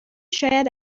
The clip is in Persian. شاید